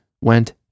went